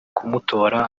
kumutora